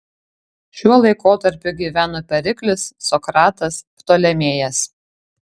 šiuo laikotarpiu gyveno periklis sokratas ptolemėjas